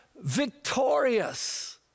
victorious